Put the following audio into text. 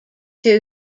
two